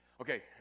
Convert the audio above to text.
Okay